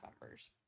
members